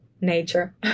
Nature